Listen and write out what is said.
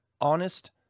honest